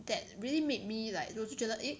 that really made me like 我就觉得 eh